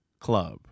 club